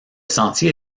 sentier